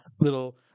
little